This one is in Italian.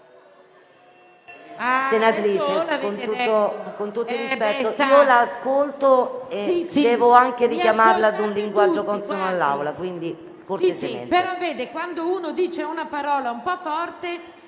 Senatrice, con tutto il rispetto, io la ascolto e devo anche richiamarla a un linguaggio consono all'Assemblea.